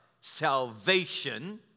Salvation